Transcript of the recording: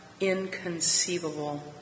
inconceivable